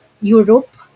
Europe